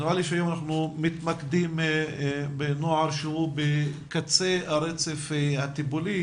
נראה לי שהיום אנחנו מתמקדים בנוער שהוא בקצה הרצף הטיפולי